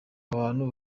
abantu